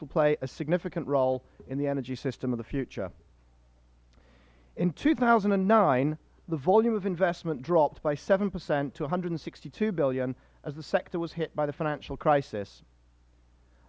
will play a significant role in the energy system of the future in two thousand and nine the volume of investment dropped by seven percent to one hundred and sixty two dollars billion as the sector was hit by the financial crisis